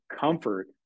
comfort